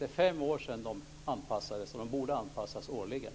Det är fem år sedan bostadsbidragen anpassades. De borde anpassas årligen.